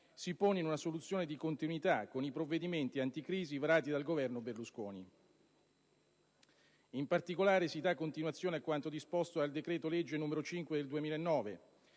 si pone in una soluzione di continuità con i provvedimenti anticrisi varati dal Governo Berlusconi. In particolare, si dà continuazione a quanto disposto dal decreto-legge n. 5 del 2009,